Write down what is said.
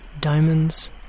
diamonds